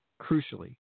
Crucially